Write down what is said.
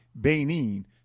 Benin